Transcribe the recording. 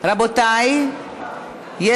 הגבלת דמי ניהול לעמיתים בגיל פרישה),